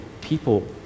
people